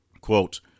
Quote